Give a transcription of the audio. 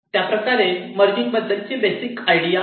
त्या प्रकारे मर्जिग बद्दलची बेसिक आयडिया आहे